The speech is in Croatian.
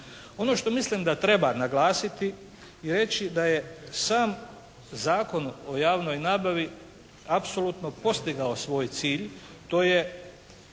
Ono što mislim da treba naglasiti i reći da je sam Zakon o javnoj nabavi apsolutno postigao svoj cilj. To je,